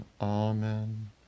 amen